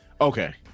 Okay